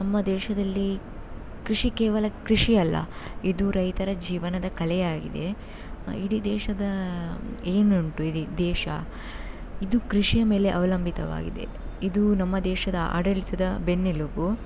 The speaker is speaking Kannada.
ನಮ್ಮ ದೇಶದಲ್ಲಿ ಕೃಷಿ ಕೇವಲ ಕೃಷಿಯಲ್ಲ ಇದು ರೈತರ ಜೀವನದ ಕಲೆಯಾಗಿದೆ ಇಡೀ ದೇಶದ ಏನುಂಟು ಇಡೀ ದೇಶ ಇದು ಕೃಷಿಯ ಮೇಲೆ ಅವಲಂಬಿತವಾಗಿದೆ ಇದು ನಮ್ಮ ದೇಶದ ಆಡಳಿತದ ಬೆನ್ನೆಲುಬು